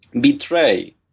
betray